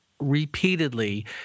repeatedly